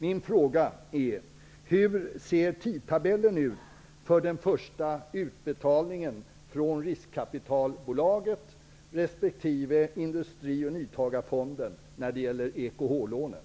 Min fråga är: Hur ser tidtabellen ut för den första utbetalningen från riskkapitalbolaget resp. lånen?